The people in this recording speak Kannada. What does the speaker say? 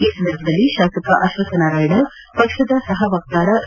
ಈ ಸಂದರ್ಭದಲ್ಲಿ ಶಾಸಕ ಅಶ್ವಥನಾರಾಯಣ ಪಕ್ಷದ ಸಹ ವಕ್ತಾರ ಎ